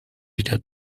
wieder